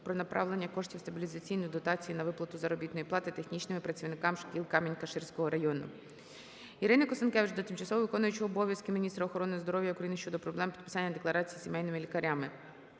про направлення коштів стабілізаційної дотації на виплату заробітної плати технічним працівникам шкіл Камінь-Каширського району. ІриниКонстанкевич до тимчасово виконуючої обов'язки міністра охорони здоров'я України щодо проблеми підписання декларацій із сімейними лікарями.